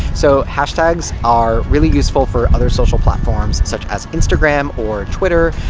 so, hashtags are really useful for other social platforms, such as instagram or twitter,